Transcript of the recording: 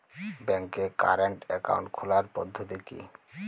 ব্যাংকে current account খোলার পদ্ধতি কি?